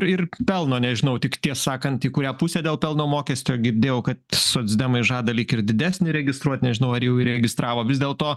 ir pelno nežinau tik tiesą sakant į kurią pusę dėl pelno mokesčio girdėjau kad socdemai žada lyg ir didesnį registruot nežinau ar jau įregistravo vis dėlto